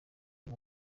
uyu